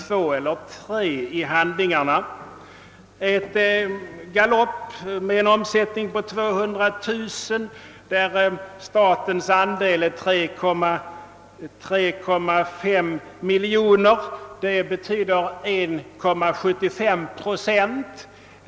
Det gäller en galopptävling med en omsättning av 200000 kronor, där statens andel är 3 500 kronor eller 1,75 procent.